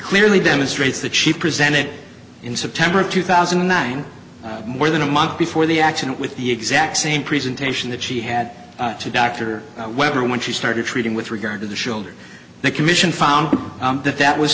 clearly demonstrates that she presented in september of two thousand and nine more than a month before the accident with the exact same presentation that she had to dr weber when she started treating with regard to the shoulder the commission found that that was